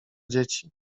dzieci